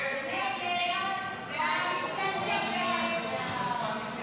הסתייעות 4 לא נתקבלה.